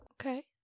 Okay